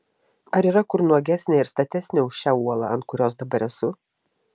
ar yra kur nuogesnė ir statesnė už šią uolą ant kurios dabar esu